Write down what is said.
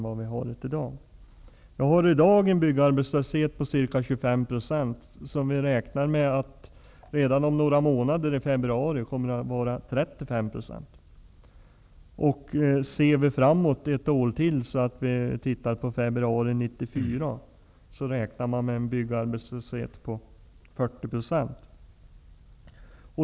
Vi har i dag en byggarbetslöshet på ca 25 %, och vi räknar med att den redan om några månader, i februari, kommer att vara 35 %. I februari 1994 räknar vi med en byggarbetslöshet på 40 %.